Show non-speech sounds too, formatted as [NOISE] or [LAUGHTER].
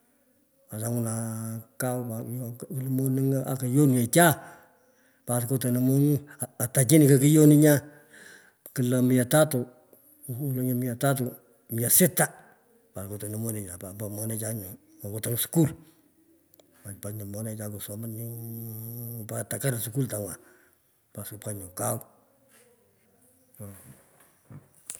Ato ngwunan kau pat lo, [HESITATION] kulo monung'o akoyonwecha pat kotonon moning; ata chini какuyопі пуaа, kulo mia tatu, kulenye mia tatu, mia sita. Par kotener monechan nyo awapagh monechan nyuu po kutang skul. Pa nyu monechan kusomon nyu tokar shultongwa pa sou pa nyo kau.